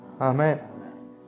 amen